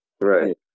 Right